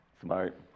Smart